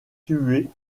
tués